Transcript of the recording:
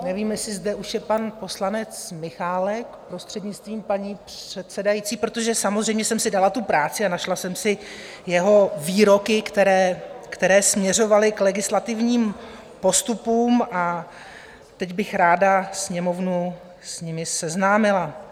Nevím, jestli zde už je pan poslanec Michálek, prostřednictvím paní předsedající, protože samozřejmě jsem si dala tu práci a našla jsem si jeho výroky, které směřovaly k legislativním postupům, a teď bych ráda Sněmovnu s nimi seznámila.